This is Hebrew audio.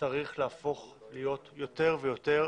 צריך להפוך להיות יותר ויותר